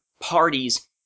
parties